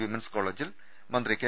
women's കോളജിൽ മന്ത്രി K